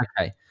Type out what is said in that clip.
Okay